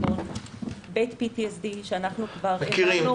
תוכנית לבית PTSD --- אנחנו מכירים.